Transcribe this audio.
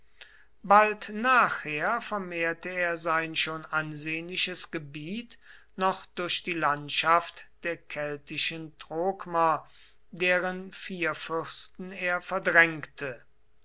bald nachher vermehrte er sein schon ansehnliches gebiet noch durch die landschaft der keltischen trokmer deren vierfürsten er verdrängte